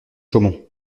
chaumont